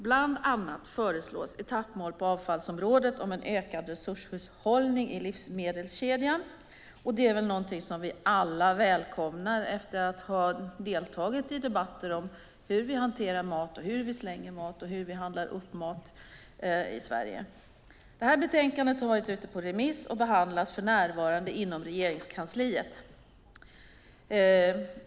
Bland annat föreslås etappmål på avfallsområdet om en ökad resurshushållning i livsmedelskedjan. Det är väl något som vi alla välkomnar efter att ha deltagit i debatter om hur vi hanterar mat, hur vi slänger mat och hur vi handlar upp mat i Sverige. Betänkandet har varit ute på remiss och behandlas för närvarande inom Regeringskansliet.